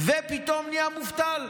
ופתאום נהיה מובטל.